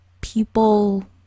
people